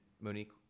monique